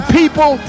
people